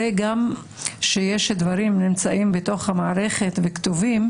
הרי כשדברים נמצאים בתוך המערכת וכתובים,